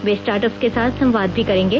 वे startups के साथ संवाद भी करेंगे